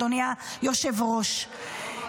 אדוני היושב-ראש.